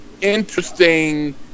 interesting